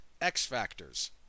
X-Factors